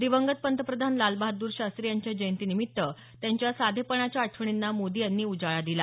दिवंगत पंतप्रधान लालबहादर शास्त्री यांच्या जयंतीनिमित्त त्यांच्या साधेपणाच्या आठवणींना मोदी यांनी उजाळा दिला